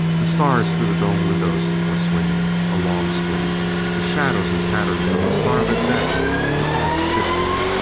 the stars through the dome windows were swinging. a long swing the shadows and patterns on the starlit deck were all shifting.